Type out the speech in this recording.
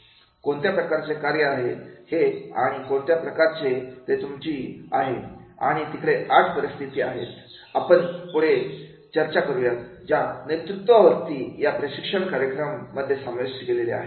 कोणत्या प्रकारचे कार्य आहे हे आणि कोणत्या प्रकारची ती ती तुमची आहे आणि तिकडे आठ परिस्थिती आहे आपण पुढे चर्चा करूया ज्या नेतृत्वा वरती या प्रशिक्षण कार्यक्रम मध्ये समाविष्ट आहेत